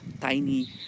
tiny